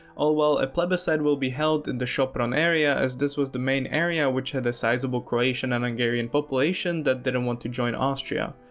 all while a plebiscite will be held in the sopron area as this was the main area which had a sizeable croatian and hungarian population that didn't want to join austria.